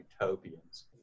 utopians